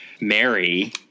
Mary